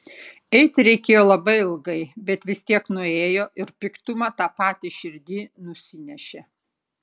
eiti reikėjo labai ilgai bet vis tiek nuėjo ir piktumą tą patį širdyj nusinešė